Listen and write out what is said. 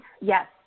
Yes